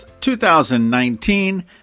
2019